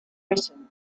written